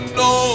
no